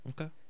Okay